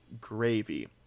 gravy